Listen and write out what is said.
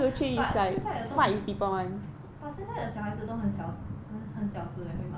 but 现在的都很 but 现在的小孩子都很小很很小只 eh 会吗